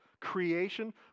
creation